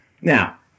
Now